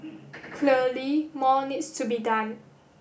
clearly more needs to be done